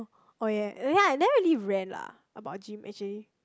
oh ya ya i never really rant lah about gym